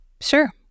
Sure